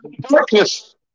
Darkness